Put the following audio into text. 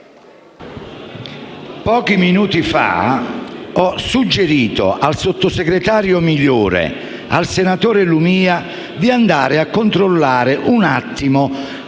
pochi minuti fa ho suggerito al sottosegretario Migliore e al relatore Lumia di andare a controllare il